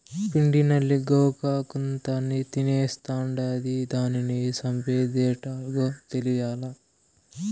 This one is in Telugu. పిండి నల్లి గోగాకంతా తినేస్తాండాది, దానిని సంపేదెట్టాగో తేలీలా